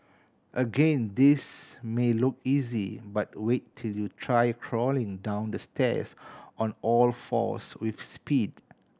again this may look easy but wait till you try crawling down the stairs on all fours with speed